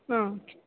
ಹಾಂ ಓಕೆ